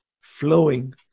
flowing